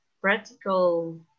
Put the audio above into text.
practical